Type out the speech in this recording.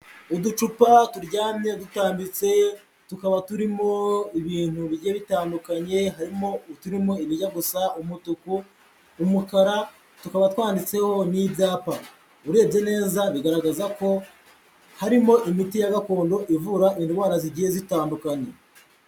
Uducupa turyamye dutambitse tukaba turimo ibintu bijye bitandukanye, harimo uturimo ibijya gusa umutuku, umukara tukaba twanditseho n'ibyapa, urebye neza bigaragaza ko harimo imiti ya gakondo ivura indwara zigiye zitandukanye.